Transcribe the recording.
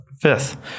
Fifth